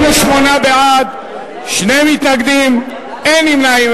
78 בעד, שני מתנגדים, אין נמנעים.